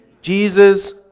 Jesus